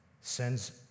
sends